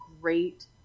great